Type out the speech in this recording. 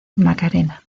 macarena